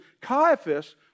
Caiaphas